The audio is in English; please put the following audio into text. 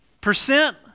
percent